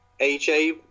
AJ